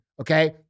Okay